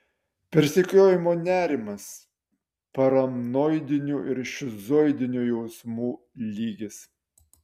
persekiojimo nerimas paranoidinių ir šizoidinių jausmų lygis